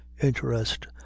interest